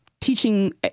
teaching